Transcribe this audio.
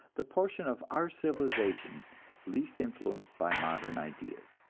the portion of our civilization least influenced by modern ideas.